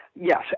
yes